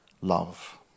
love